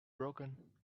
broken